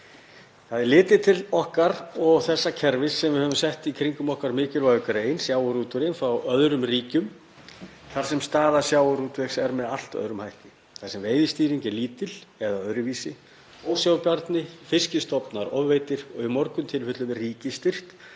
Það er litið til okkar og þess kerfis sem við höfum sett í kringum okkar mikilvægu grein, sjávarútveginn, frá öðrum ríkjum þar sem staða sjávarútvegs er með allt öðrum hætti, þar sem veiðistýring er lítil eða öðruvísi, ósjálfbærni, fiskstofnar ofveiddir og í mörgum tilfellum ríkisstyrkt,